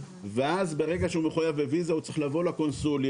ואז ברגע שהוא מחויב בוויזה הוא צריך לבוא לקונסוליה,